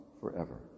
forever